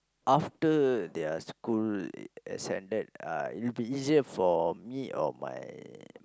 after their school has ended uh it will be easier for me or my